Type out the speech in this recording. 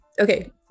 okay